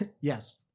Yes